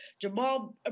Jamal